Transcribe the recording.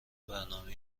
برنامه